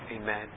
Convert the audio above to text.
Amen